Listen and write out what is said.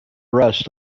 rest